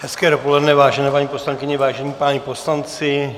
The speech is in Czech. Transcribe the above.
Hezké dopoledne, vážené paní poslankyně, vážení páni poslanci.